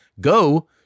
Go